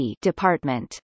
department